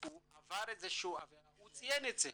הוא עבר איזו שהיא עבירה, הוא ציין את זה.